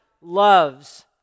loves